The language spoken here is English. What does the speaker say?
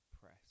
press